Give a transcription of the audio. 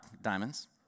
diamonds